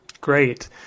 Great